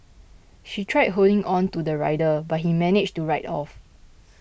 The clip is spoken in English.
she tried holding on to the rider but he managed to ride off